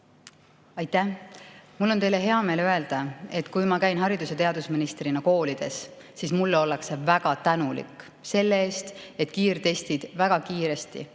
Aitäh! Mul on teile hea meel öelda, et kui ma käin haridus‑ ja teadusministrina koolides, siis mulle ollakse väga tänulik selle eest, et kiirtestid väga kiiresti